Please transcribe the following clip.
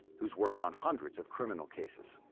who's worked on hundreds of criminal cases.